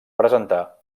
presentar